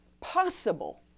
possible